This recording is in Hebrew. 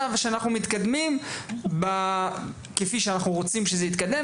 ושאנחנו מתקדמים כפי שאנחנו רוצים שזה יתקדם,